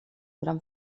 gran